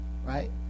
Right